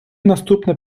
наступне